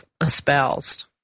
espoused